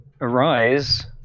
arise